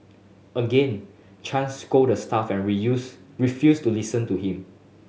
again Chang scolded the staff and reuse refused to listen to him